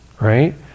right